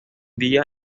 día